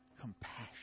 compassion